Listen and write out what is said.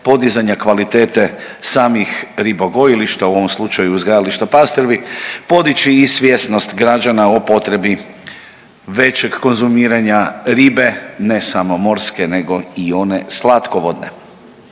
kvalitete samih ribogojilišta u ovom slučaju uzgajališta pastrvi podići i svjesnost građana o potrebi većeg konzumiranja ribe, ne samo morske nego i one slatkovodne.